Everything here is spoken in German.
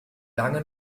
lange